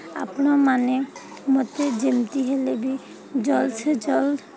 ଆପଣମାନେ ମୋତେ ଯେମିତି ହେଲେ ବି ଜଲ୍ଦସେ ଜଲ୍ଦ